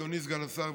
אדוני סגן השר,